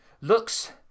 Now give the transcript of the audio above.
looks